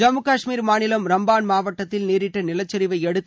ஜம்மு காஷ்மீர் மாநிலம் ரம்பான் மாவட்டத்தில் நேரிட்ட நிலச்சரிவை அடுத்து